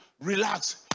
Relax